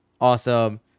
awesome